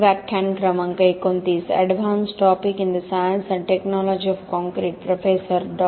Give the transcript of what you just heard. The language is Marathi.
प्राध्यापक - प्राध्यापक संभाषण सुरू होते डॉ